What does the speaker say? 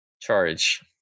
Charge